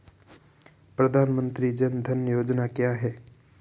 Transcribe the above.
प्रधानमंत्री जन धन योजना क्या है?